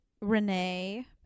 Renee